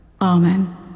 Amen